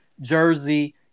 Jersey